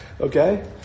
Okay